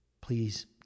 Please